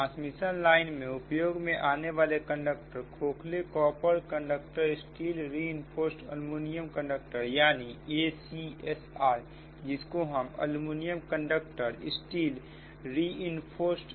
transmission line में उपयोग में आने वाले कंडक्टर खोखले copper conductor steel reinforced aluminium conductor यानी ACSR जिसको हम अल्युमिनियम कंडक्टर स्टील रीइंफोर्सड